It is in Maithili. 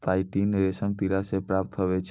काईटिन रेशम किड़ा से प्राप्त हुवै छै